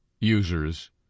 users